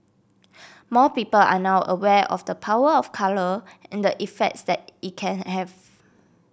more people are now aware of the power of colour and the effects that it can have